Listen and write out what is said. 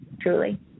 truly